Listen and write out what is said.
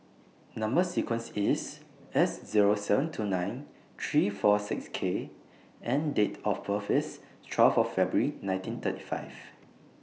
Number sequence IS S Zero seven two nine three four six K and Date of birth IS twelve February nineteen thirty five